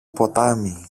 ποτάμι